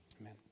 Amen